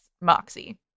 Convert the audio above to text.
Moxie